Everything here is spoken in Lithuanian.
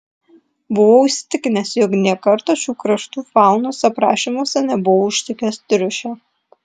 buvau įsitikinęs jog nė karto šių kraštų faunos aprašymuose nebuvau užtikęs triušio